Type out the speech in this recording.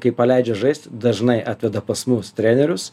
kai paleidžia žaist dažnai atveda pas mus trenerius